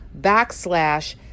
backslash